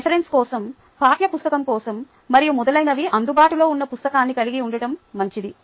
reference కోసం పాఠ్య పుస్తకం కోసం మరియు మొదలైనవి అందుబాటులో ఉన్న పుస్తకాన్ని కలిగి ఉండటం మంచిది